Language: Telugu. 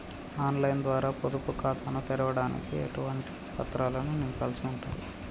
ఆన్ లైన్ ద్వారా పొదుపు ఖాతాను తెరవడానికి ఎటువంటి పత్రాలను నింపాల్సి ఉంటది?